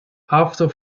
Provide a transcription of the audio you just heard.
after